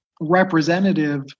Representative